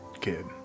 kid